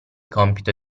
compito